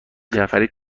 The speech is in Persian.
جعفری